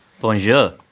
Bonjour